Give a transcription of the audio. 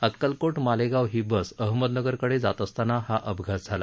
अक्कलकोट मालेगाव ही बस अहमदनगरकडे जात असताना हा अपघात झाला